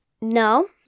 No